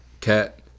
Cat